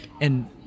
And-